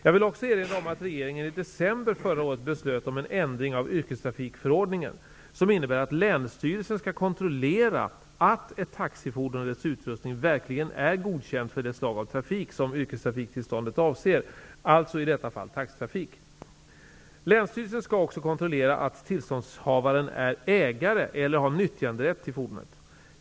Jag vill också erinra om att regeringen i december förra året beslöt om en ändring i yrkestrafikförordningen, som innebär att länsstyrelsen skall kontrollera att ett taxifordon och dess utrustning verkligen är godkända för det slag av trafik som yrkestrafiktillståndet avser, alltså i detta fall taxitrafik. Länsstyrelsen skall också kontrollera att tillståndshavaren är ägare eller har nyttjanderätt till fordonet.